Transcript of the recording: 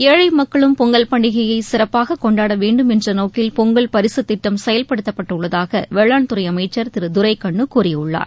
ஏழை மக்களும் பொங்கல் பண்டிகையை சிறப்பாக கொண்டாட வேண்டும் என்ற நோக்கில் பொங்கல் பரிசுத் திட்டம் செயல்படுத்தப்பட்டுள்ளதாக வேளாண் துறை அமைச்சர் திரு துரைக்கண்ணு கூறியுள்ளார்